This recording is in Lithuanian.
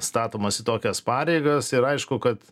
statomas į tokias pareigas ir aišku kad